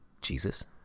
Jesus